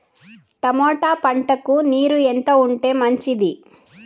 Tomato పంటకు నీరు ఎంత ఉంటే మంచిది?